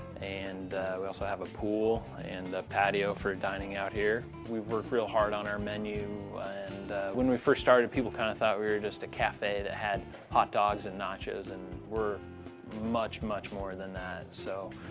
and we also have a pool and a patio for dining out here. we work real hard on our menu and when we first started, people kinda thought we were just a cafe that had hot dogs and nachos and we're much, much more than that. so